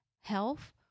health